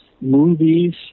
Movies